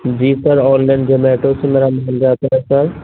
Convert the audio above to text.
جی sir اور مین Zomato سے میرا مال جاتا رہتا ہے